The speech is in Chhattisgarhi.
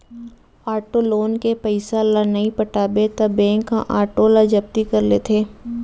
आटो लोन के पइसा ल नइ पटाबे त बेंक ह आटो ल जब्ती कर लेथे